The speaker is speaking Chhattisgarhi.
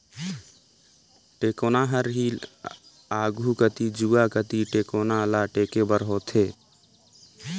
टेकोना हर ही आघु कती जुवा कती टेकोना ल टेके बर होथे